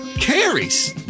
carries